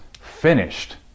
finished